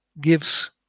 gives